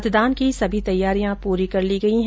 मतदान की सभी तैयारियां पूरी कर ली गई है